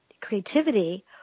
creativity